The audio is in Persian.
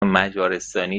مجارستانی